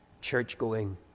church-going